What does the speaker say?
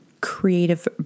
creative